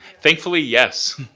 thankfully yes.